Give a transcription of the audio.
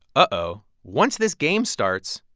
uh-oh. once this game starts,